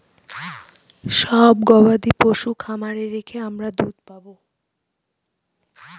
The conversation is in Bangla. সব গবাদি পশু খামারে রেখে আমরা দুধ পাবো